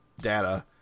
data